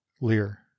Lear